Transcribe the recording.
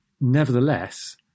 nevertheless